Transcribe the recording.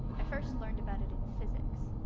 i first learned about it in physics.